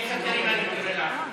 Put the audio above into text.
תכף תראי מה אני מתכוון לעשות.